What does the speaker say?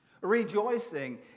rejoicing